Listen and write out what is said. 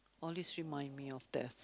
always remind me of death